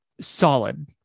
solid